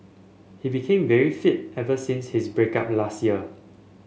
he became very fit ever since his break up last year